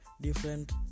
different